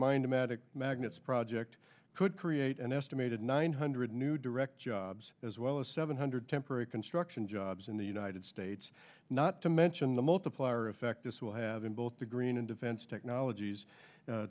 matic magnets project could create an estimated nine hundred new direct jobs as well as seven hundred temporary construction jobs in the united states not to mention the multiplier effect this will have in both the green and defense technologies